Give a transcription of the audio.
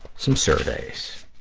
some surveys.